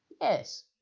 Yes